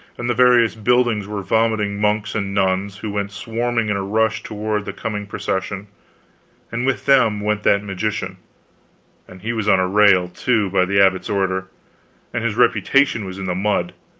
and the various buildings were vomiting monks and nuns, who went swarming in a rush toward the coming procession and with them went that magician and he was on a rail, too, by the abbot's order and his reputation was in the mud,